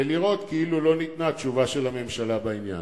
ולראות כאילו לא ניתנה תשובה של הממשלה בעניין.